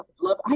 love